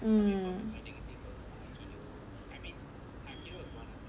mm